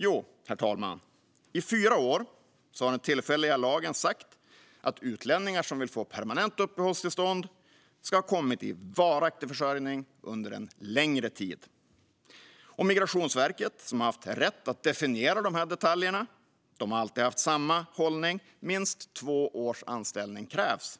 Jo, herr talman, i fyra år har den tillfälliga lagen sagt att utlänningar som vill få permanent uppehållstillstånd ska ha kommit i varaktig försörjning under en längre tid. Migrationsverket, som har haft rätt att definiera detaljerna, har alltid haft samma hållning: minst två års anställning krävs.